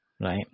right